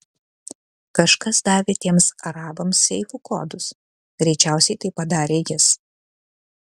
kažkas davė tiems arabams seifų kodus greičiausiai tai padarė jis